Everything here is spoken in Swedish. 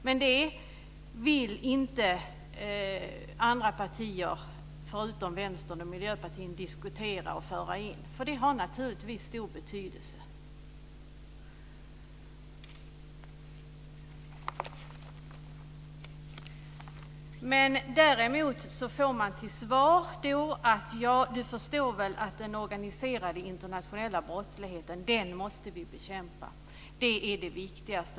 Men det vill inte andra partier, förutom Vänsterpartiet och Miljöpartiet, diskutera eftersom det naturligtvis har stor betydelse. Man får till svar: Du förstår väl att den organiserade internationella brottsligheten måste vi bekämpa. Det är det viktigaste.